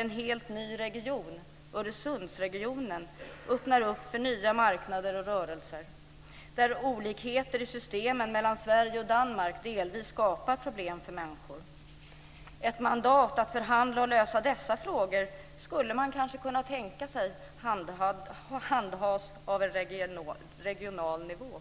En helt ny region, Öresundsregionen, öppnar upp för nya marknader och rörelser. Olikheter i systemen mellan Sverige och Danmark skapar delvis problem för människor. Ett mandat att förhandla om och lösa dessa frågor skulle man kanske kunna tänka sig handhas på regional nivå.